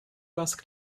asked